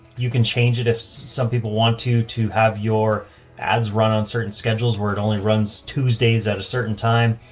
you can change it if some people want to, to have your ads run on certain schedules where it only runs tuesdays at a certain time.